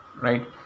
right